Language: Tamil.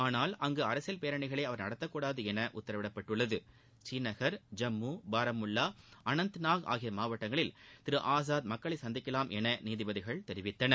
ஆனால் அங்கு அரசியல் பேரணிகளை அவர் நடத்தக்கூடாது என உத்தரவிடப்பட்டுள்ளது ஸ்ரீநகர் ஜம்மு மாவட்டங்களில் திரு ஆசாத் மக்களை சந்திக்கலாம் என நீதிபதிகள் தெரிவித்தனர்